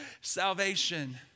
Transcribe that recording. salvation